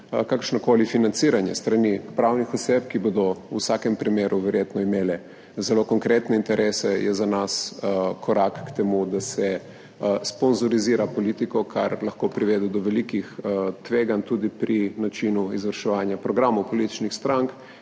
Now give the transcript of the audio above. kakršnokoli financiranje s strani pravnih oseb, ki bodo v vsakem primeru verjetno imele zelo konkretne interese, je za nas korak k temu, da se sponzorizira politiko, kar lahko privede do velikih tveganj tudi pri načinu izvrševanja programov političnih strank.